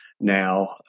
now